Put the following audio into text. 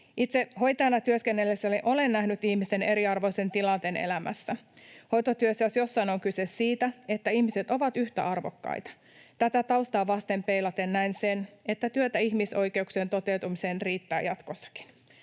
Itse hoitajana työskennellessäni olen nähnyt ihmisten eriarvoisen tilanteen elämässä. Hoitotyössä jos jossain on kyse siitä, että ihmiset ovat yhtä arvokkaita. Tätä taustaa vasten peilaten näen sen, että työtä ihmisoikeuksien toteutumisen eteen riittää jatkossakin.